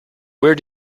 where